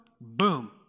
boom